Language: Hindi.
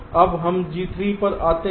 अब हम G3 पर आते हैं